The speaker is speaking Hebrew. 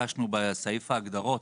ביקשנו בסעיף ההגדרות,